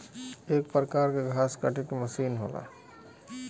एक परकार के घास काटे के मसीन होला